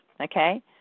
Okay